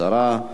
הסרה.